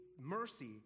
mercy